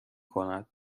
کند